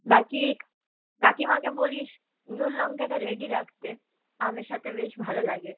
বাকি কাকিমাকে বলিস নুন লঙ্কাটা রেডি রাখতে আমের সাথে বেশ ভালো লাগে